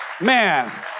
Man